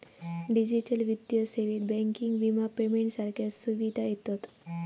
digital वित्तीय सेवेत banking, विमा, पेमेंट सारख्या सुविधा येतत